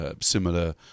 similar